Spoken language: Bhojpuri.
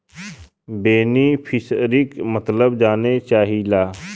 बेनिफिसरीक मतलब जाने चाहीला?